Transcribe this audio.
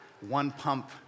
one-pump